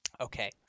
okay